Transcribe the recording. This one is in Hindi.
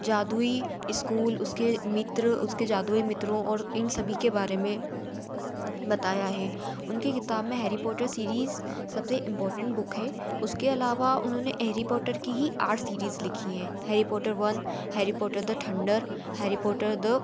जादुई स्कूल उसके मित्र उसके जादुई मित्रों और इन सभी के बारे में बताया है उनके किताब में हैरी पोटर सीरीज़ सबसे इम्पौर्टेन्ट बुक है उसके अलावा उन्होंने हैरी पोटर की ही आठ सीरीज़ लिखी हें Harry Potter one Harry Potter the thunder Harry Potter the